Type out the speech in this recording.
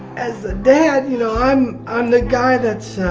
as a dad, you know, i'm, i'm the guy thats ah,